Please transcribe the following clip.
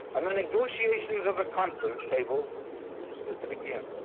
and the negotiations of the conference table is to begin.